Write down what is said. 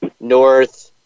north